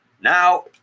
Now